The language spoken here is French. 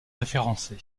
référencé